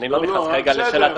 לא לסרס.